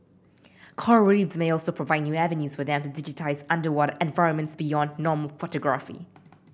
coral reefs may also provide new avenues for them to digitise underwater environments beyond normal photography